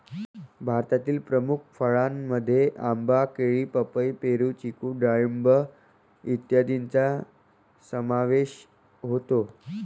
भारतातील प्रमुख फळांमध्ये आंबा, केळी, पपई, पेरू, चिकू डाळिंब इत्यादींचा समावेश होतो